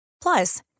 Plus